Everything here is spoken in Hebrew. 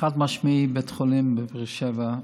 חד-משמעית בית חולים הולך לקום בבאר שבע.